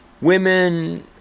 Women